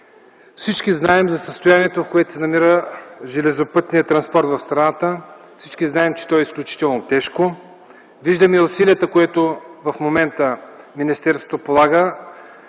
Всички знаем за състоянието, в което се намира железопътния транспорт в страната. Всички знаем, че то е изключително тежко. Виждаме усилията, които в момента министерството полага